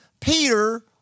Peter